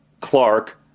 Clark